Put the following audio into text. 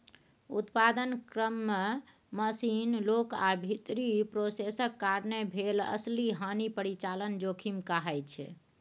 उत्पादन क्रम मे मशीन, लोक आ भीतरी प्रोसेसक कारणेँ भेल असली हानि परिचालन जोखिम कहाइ छै